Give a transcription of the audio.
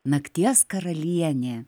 nakties karalienė